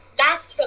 last